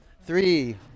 three